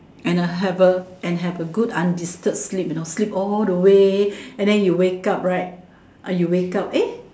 and I have a and have a good undisturbed sleep you know sleep all the way and then you wake up right ah you wake up eh